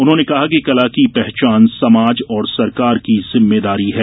उन्होने कहा कि कला की पहचान समाज और सरकार की जिम्मेदारी है